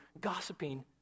gossiping